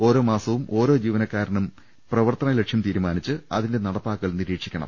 ഓരോ മാസവും ഓരോ ജീവനക്കാരനും പ്രവർത്തന ലക്ഷ്യം തീരുമാനിച്ച് അതിന്റെ നടപ്പാക്കൽ നിരീക്ഷി ക്കണം